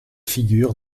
figure